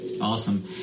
Awesome